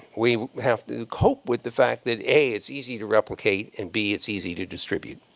we have to cope with the fact that, a, it's easy to replicate, and, b, it's easy to distribute.